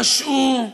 פשעו,